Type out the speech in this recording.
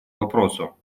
вопросу